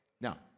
Now